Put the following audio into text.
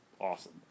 awesome